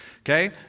Okay